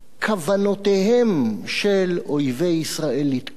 כוונותיהם של אויבי ישראל לתקוף,